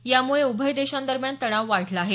यामुळे उभय देशांदरम्यान तणाव वाढला आहे